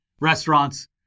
restaurants